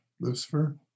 Lucifer